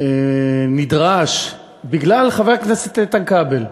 כל כך נדרש, בגלל חבר הכנסת איתן כבל.